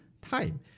time